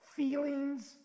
Feelings